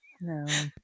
No